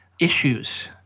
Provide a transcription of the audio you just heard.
issues